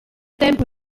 tempo